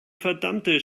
verdammte